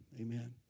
Amen